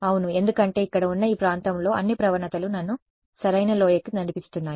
అవును ఎందుకంటే ఇక్కడ ఉన్న ఈ ప్రాంతంలో అన్ని ప్రవణతలు నన్ను సరైన లోయకు నడిపిస్తున్నాయి